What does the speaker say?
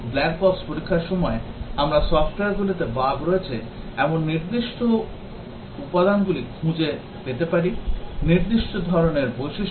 Black box পরীক্ষার সময় আমরা সফটওয়্যারগুলিতে বাগ রয়েছে এমন নির্দিষ্ট উপাদানগুলি খুঁজে পেতে পারি নির্দিষ্ট ধরণের বৈশিষ্ট্য